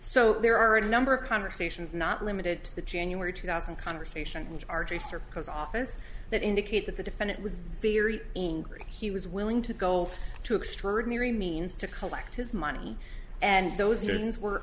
so there are a number of conversations not limited to the january two thousand conversation which artists are close office that indicate that the defendant was very angry he was willing to go to extraordinary means to collect his money and those